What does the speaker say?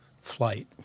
Flight